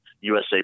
USA